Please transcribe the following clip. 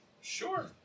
sure